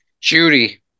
Judy